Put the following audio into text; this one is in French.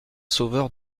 sauveur